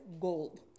gold